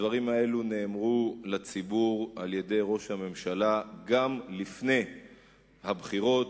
הדברים האלו נאמרו לציבור על-ידי ראש הממשלה גם לפני הבחירות